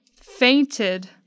fainted